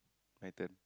my turn